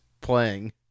playing